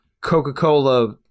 Coca-Cola